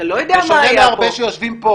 אני לא אוהבת את זה.